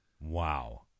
wow